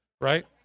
right